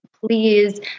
please